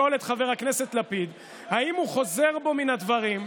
אני רוצה לשאול את חבר הכנסת לפיד אם הוא חוזר בו מן הדברים,